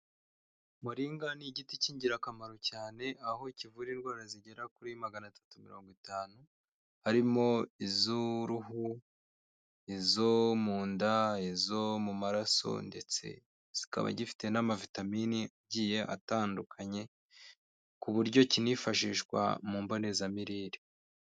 Muringa n'igiti cy'ingirakamaro cyane aho kivura indwara zigera kuri magana atatu mirongo itanu harimo iz'uruhu izo mu nda zo mu maraso ndetse zikaba zifite n'amavitamin agiye atandukanye ku buryo kinifashishwa mu mbonezamirire.